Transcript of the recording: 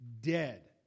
dead